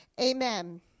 Amen